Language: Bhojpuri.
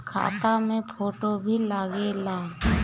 खाता मे फोटो भी लागे ला?